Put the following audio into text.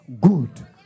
good